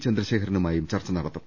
ചന്ദ്രശേഖരനുമായും ചർച്ച നടത്തും